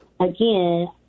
Again